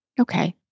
Okay